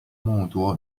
mutuo